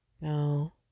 no